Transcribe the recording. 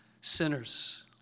sinners